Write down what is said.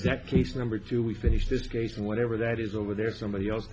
that case number two we finish this case and whatever that is over there somebody else